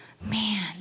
Man